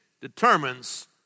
determines